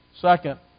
Second